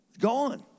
Gone